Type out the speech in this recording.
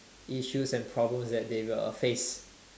issues and problems that they will face